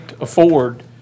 afford